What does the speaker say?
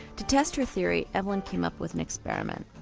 to test her theory evelyn came up with an experiment.